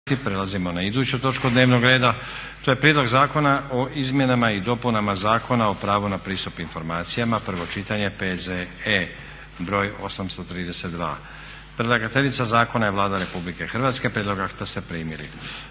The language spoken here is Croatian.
Prelazimo na iduću točku dnevnog reda, to je - Prijedlog zakona o izmjenama i dopunama Zakona o pravu na pristup informacijama, prvo čitanje, P.Z.E. br. 832 Predlagateljica zakona je Vlada Republike Hrvatske. Prijedlog akta ste primili.